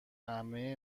عمه